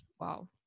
Wow